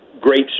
great